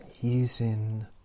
Using